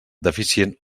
deficient